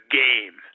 game